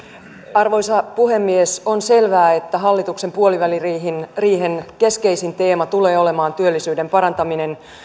arvoisa puhemies on selvää että hallituksen puoliväliriihen keskeisin teema tulee olemaan työllisyyden parantaminen